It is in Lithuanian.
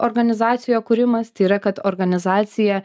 organizacijoj kūrimas tai yra kad organizacija